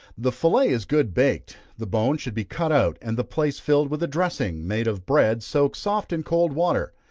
the fillet is good baked, the bone should be cut out, and the place filled with a dressing, made of bread soaked soft in cold water,